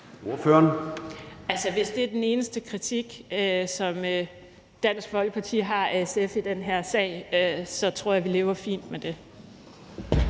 hvis det er den eneste kritik, som Dansk Folkeparti har af SF i den her sag, tror jeg vi lever fint med det.